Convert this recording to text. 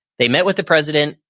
they met with the president,